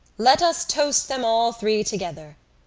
let us toast them all three together.